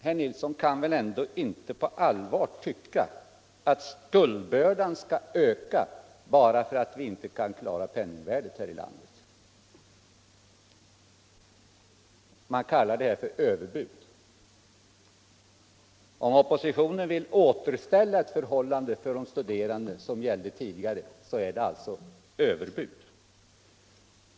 Herr Nilsson kan väl ändå inte på allvar tycka att skuldbördan skall öka bara därför att vi inte kan klara penningvärdet här i landet. Om oppositionen vill återställa ett förhållande som tidigare gällde för de studerande, är det alltså överbud!